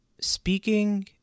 speaking